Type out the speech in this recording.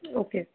okay